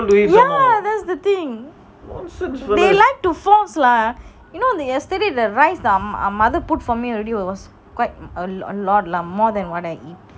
ya that's the thing they like to force lah you know the yesterday the rice some mother put for me already was quite a lot lah more than what I eat